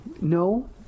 No